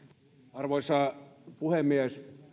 arvoisa puhemies